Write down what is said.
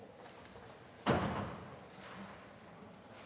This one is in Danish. Tak